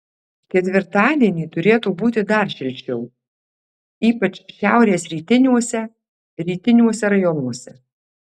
ketvirtadienį turėtų būti dar šilčiau ypač šiaurės rytiniuose rytiniuose rajonuose